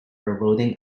eroding